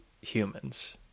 humans